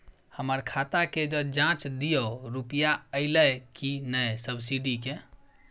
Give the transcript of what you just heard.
हमर खाता के ज जॉंच दियो रुपिया अइलै की नय सब्सिडी के?